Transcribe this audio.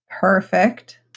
Perfect